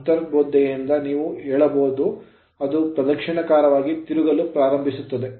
ಆದ್ದರಿಂದ ಅಂತರ್ಬೋಧೆಯಿಂದ ನೀವು ಹೇಳಬಹುದು ಅದು ಪ್ರದಕ್ಷಿಣಾಕಾರವಾಗಿ ತಿರುಗಲು ಪ್ರಾರಂಭಿಸುತ್ತದೆ